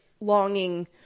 longing